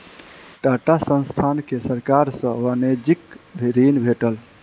टाटा संस्थान के सरकार सॅ वाणिज्यिक ऋण भेटल